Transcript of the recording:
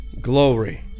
glory